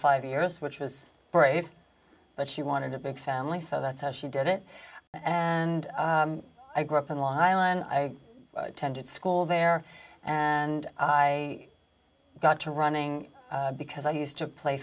five years which was brave but she wanted a big family so that's how she did it and i grew up on long island i tended school there and i got to running because i used to play